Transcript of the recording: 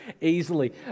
easily